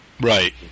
Right